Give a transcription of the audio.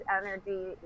energy